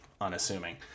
unassuming